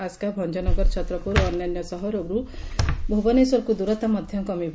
ଆସ୍କା ଭଞ୍ଞନଗର ଛତ୍ରପୁର ଓ ଅନ୍ୟାନ୍ୟ ସହରରୁ ଭୁବନେଶ୍ୱରକୁ ଦୂରତା ମଧ କମିବ